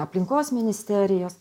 aplinkos ministerijos